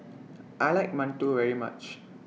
I like mantou very much